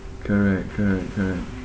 correct correct correct